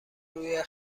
روی